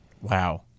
wow